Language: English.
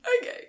Okay